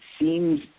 seems –